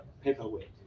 paperweight